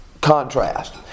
contrast